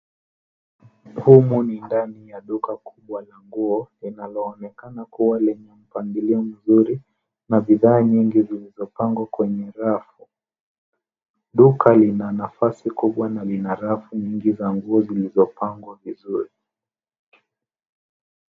Humu ni ndani ya duka kubwa la nguo linaloonekana kuwa lenye mpangilio mzuri na bidhaa nyingi zilizopangwa kwenye rafu. Duka lina nafasi kubwa na lina rafu nyingi za nguo zilizopangwa vizuri.